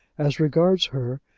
as regards her,